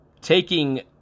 Taking